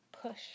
push